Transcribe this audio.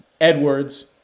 Edwards